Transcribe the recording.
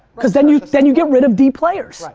because then you then you get rid of d players.